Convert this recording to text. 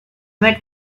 met